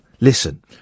listen